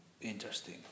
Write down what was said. interesting